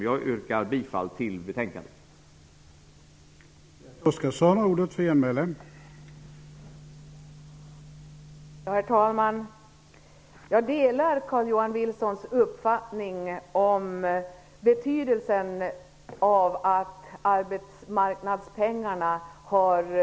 Jag yrkar bifall till utskottets hemställan.